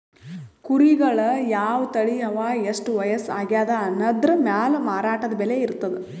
ಕುರಿಗಳ್ ಯಾವ್ ತಳಿ ಅವಾ ಎಷ್ಟ್ ವಯಸ್ಸ್ ಆಗ್ಯಾದ್ ಅನದ್ರ್ ಮ್ಯಾಲ್ ಮಾರಾಟದ್ ಬೆಲೆ ಇರ್ತದ್